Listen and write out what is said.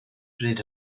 bryd